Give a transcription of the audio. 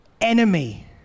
enemy